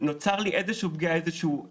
נוצרה לי איזושהי פגיעה או איזשהו נזק,